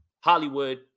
Hollywood